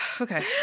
okay